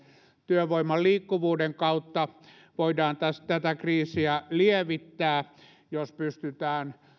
työvoiman liikkuvuuden kautta voidaan tätä kriisiä lievittää jos pystytään